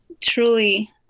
truly